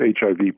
HIV